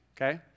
okay